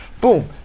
Boom